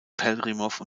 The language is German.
pelhřimov